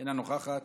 אינה נוכחת,